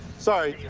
sorry.